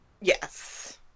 Yes